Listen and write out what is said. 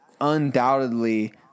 undoubtedly